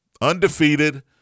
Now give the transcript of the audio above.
undefeated